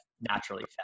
naturally